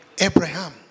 Abraham